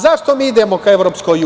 Zašto mi idemo ka EU?